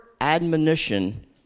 admonition